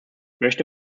möchte